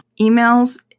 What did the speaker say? emails